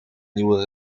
nieuwe